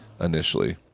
Initially